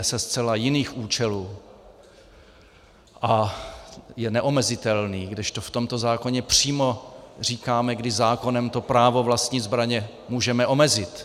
Ten je ze zcela jiných účelů a je neomezitelný, kdežto v tomto zákoně přímo říkáme, kdy zákonem to právo vlastnit zbraně můžeme omezit.